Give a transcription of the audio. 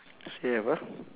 still have ah